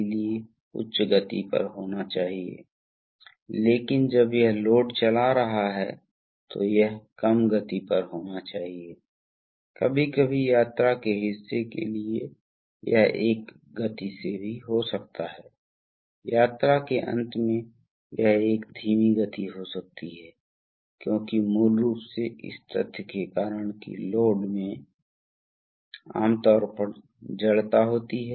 इसलिए यदि A और B दोनों में से कोई भी सक्रिय नहीं है तो यह दिशात्मक वाल्व केंद्र में है और इसलिए इस राहत वाल्व C के वेंट पोर्ट वास्तव में सीधे दिशात्मक वाल्व से टैंक तक केंद्रीय स्थिति के माध्यम से जुड़े हुए हैं